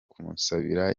kumusabira